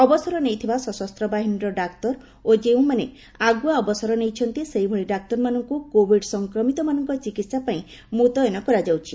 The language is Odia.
ଅବସର ନେଇଥିବା ସଶସ୍ତ୍ର ବାହିନୀର ଡାକ୍ତର ଓ ଯେଉଁମାନେ ଆଗୁଆ ଅବସର ନେଇଛନ୍ତି ସେହିଭଳି ଡାକ୍ତରମାନଙ୍କୁ କୋବିଡ୍ ସଂକ୍ରମିତମାନଙ୍କ ଚିକିହା ପାଇଁ ମୁତ୍ୟନ କରାଯାଉଛି